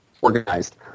organized